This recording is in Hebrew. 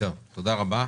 תודה רבה.